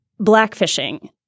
Blackfishing